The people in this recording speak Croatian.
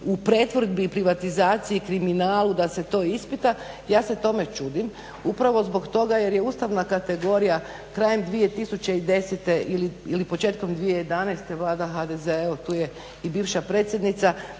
u pretvorbi i privatizaciji i kriminalu da se to ispita, ja se tome čudim upravo zbog toga jer je ustavna kategorija krajem 2010. ili početkom 2011. Vlada HDZ-a, evo tu je i bivša predsjednica,